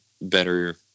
better